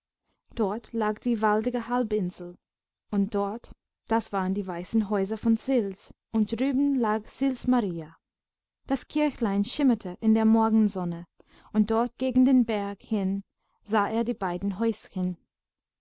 dort lag die waldige halbinsel und dort das waren die weißen häuser von sils und drüben lag sils maria das kirchlein schimmerte in der morgensonne und dort gegen den berg hin sah er die beiden häuschen